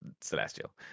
Celestial